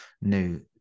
new